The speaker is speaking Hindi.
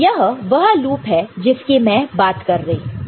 तो यह वह लूप है जिसकी मैं बात कर रही हूं